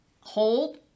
Hold